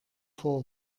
vor